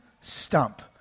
stump